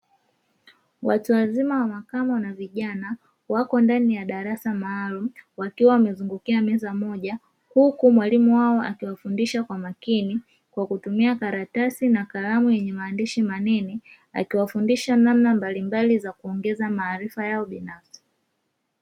Watu wazima wa makamo na vijana wako ndani ya darasa maalumu, wakiwa wamezungukia meza moja huku mwalimu wao akiwafundisha kwa makini kwa kutumia karatasi na kalamu yenye maandishi manene, akiwafundisha namna mbalimbali za kuongeza maarifa yao binafsi.